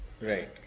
Right